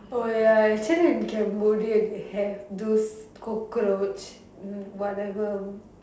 oh ya actually in Cambodia they have those cockroach hmm whatever